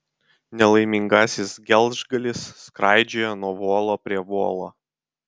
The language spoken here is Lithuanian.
nelaimingasis gelžgalis skraidžioja nuo volo prie volo